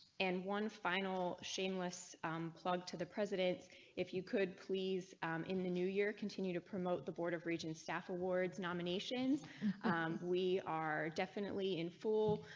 and one final shameless plug to the presidents if you could please in the new year continue to promote the board of regents staff awards nominations we are definitely in full.